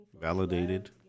validated